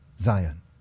Zion